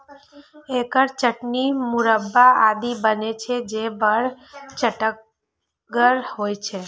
एकर चटनी, मुरब्बा आदि बनै छै, जे बड़ चहटगर होइ छै